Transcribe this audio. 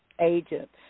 agents